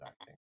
acting